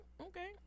okay